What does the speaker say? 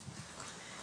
בבקשה.